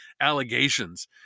allegations